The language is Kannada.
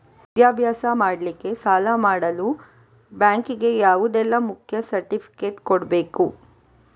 ವಿದ್ಯಾಭ್ಯಾಸ ಮಾಡ್ಲಿಕ್ಕೆ ಸಾಲ ಮಾಡಲು ಬ್ಯಾಂಕ್ ಗೆ ಯಾವುದೆಲ್ಲ ಮುಖ್ಯ ಸರ್ಟಿಫಿಕೇಟ್ ಕೊಡ್ಬೇಕು?